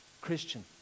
Christian